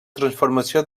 transformació